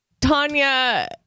tanya